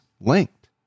linked